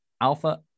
Alpha